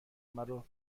مرا